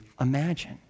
imagine